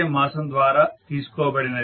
Mason ద్వారా తీసుకోబడింది